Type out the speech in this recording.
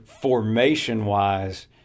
formation-wise